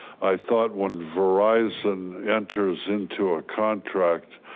i thought when verizon and enters into a contract,